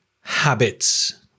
habits